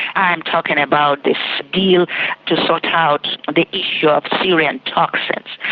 i'm talking about this deal to sort out the issue of syrian toxins.